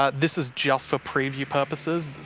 ah this is just for preview purposes.